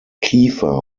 kiefer